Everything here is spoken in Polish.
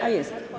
A, jest.